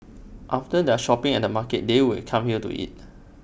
after their shopping at the market they would come here to eat